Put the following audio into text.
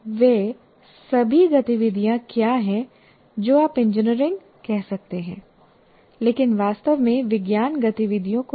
वे सभी गतिविधियाँ क्या हैं जो आप इंजीनियरिंग कह सकते हैं लेकिन वास्तव में विज्ञान गतिविधियों को नहीं